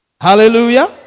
Hallelujah